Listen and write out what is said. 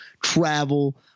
travel